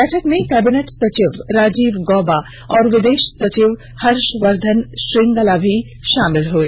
बैठक में कैबिनेट सचिव राजीव गौबा और विदेश सचिव हर्षवर्द्वन श्रंगला भी शामिल हए